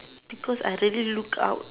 because I really looked out